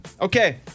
Okay